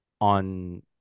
on